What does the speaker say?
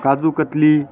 kaju katli